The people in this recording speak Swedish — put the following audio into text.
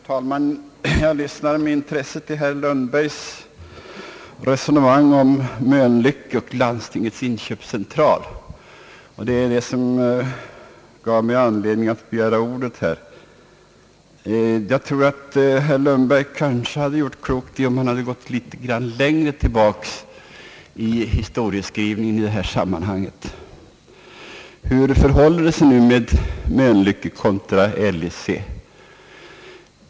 Herr talman! Jag lyssnade med intresse till herr Lundbergs resonemang om Mölnlycke och Landstingens inköpscentral, och det gav mig anledning att begära ordet. Jag tror att herr Lundberg kanske hade gjort klokt i att gå litet längre tillbaka i historieskrivningen i det sammanhanget. Hur förhåller det sig nämligen med Mölnlycke kontra LIC?